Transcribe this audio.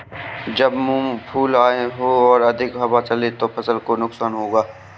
जब फूल आए हों और अधिक हवा चले तो फसल को नुकसान होगा?